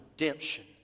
redemption